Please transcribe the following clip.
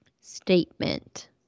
Statement